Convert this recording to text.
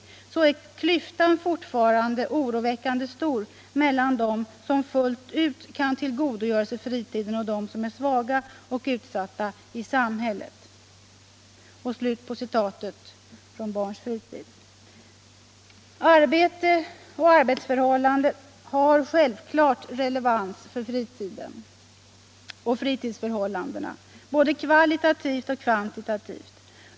——-- Samtidigt är dock klyftan fortfarande stor mellan dem som fullt ut kan tillgodogöra sig fritiden och dem som är svaga och utsatta i samhället.” Arbetet och arbetsförhållandena har självfallet relevans för fritiden och fritidsförhållandena, både kvalitativt och kvantitativt.